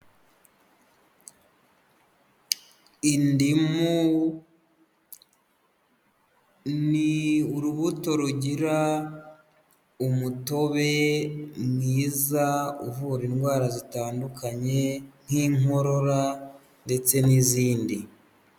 Indimu ni urubuto rugira umutobe mwiza uvura indwara zitandukanye nk'inkorora ndetse n'izindi.